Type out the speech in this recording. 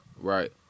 Right